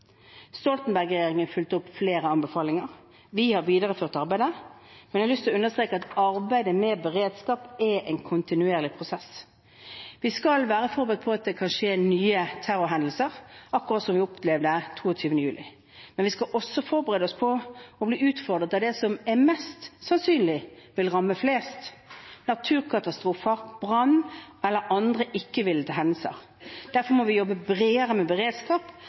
fulgte opp flere anbefalinger. Vi har videreført arbeidet. Men jeg har lyst til å understreke at arbeidet med beredskap er en kontinuerlig prosess. Vi skal være forberedt på at det kan skje nye terrorhendelser, akkurat som vi opplevde 22. juli. Men vi skal også forberede oss på å bli utfordret av det som mest sannsynlig vil ramme flest: naturkatastrofer, brann eller andre ikke-villede hendelser. Derfor må vi jobbe bredere med beredskap